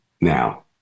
now